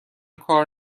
کار